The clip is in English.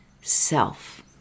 self